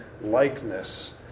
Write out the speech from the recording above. likeness